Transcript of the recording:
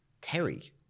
Terry